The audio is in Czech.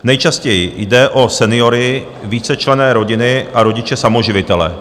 Nejčastěji jde o seniory, vícečlenné rodiny a rodiče samoživitele.